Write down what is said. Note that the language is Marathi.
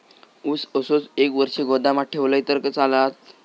ऊस असोच एक वर्ष गोदामात ठेवलंय तर चालात?